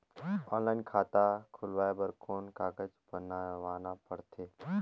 Online खाता खुलवाय बर कौन कागज बनवाना पड़थे?